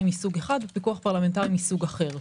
מסוג אחד בפיקוח פרלמנטרי מסוג אחר,